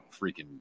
freaking